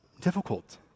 difficult